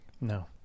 No